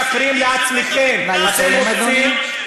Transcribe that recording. פשוט מאוד, אתם משקרים לעצמכם, נא לסיים, אדוני.